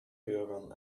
bürgern